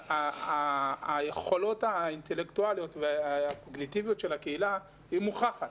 היכולות האינטלקטואליות והקוגניטיביות של הקהילה הוכחו.